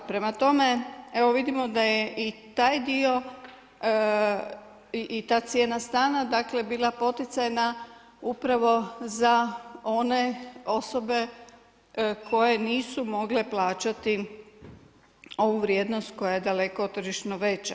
Prema tome, evo vidimo da je i taj dio i ta cijena stana, dakle bila poticajna upravo za one osobe koje nisu mogle plaćati ovu vrijednost koja je daleko tržišno veća.